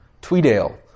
Tweedale